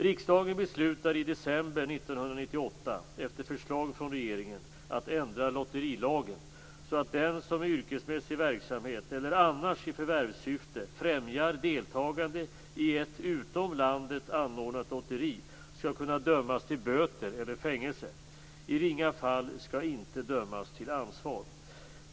Riksdagen beslutade i december 1998, efter förslag från regeringen, att ändra lotterilagen så att den som i yrkesmässig verksamhet eller annars i förvärvssyfte främjar deltagande i ett utom landet anordnat lotteri skall kunna dömas till böter eller fängelse. I ringa fall skall inte dömas till ansvar.